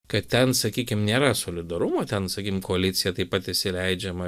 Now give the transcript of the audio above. kad ten sakykim nėra solidarumo ten sakykim koalicija taip pat įsileidžiama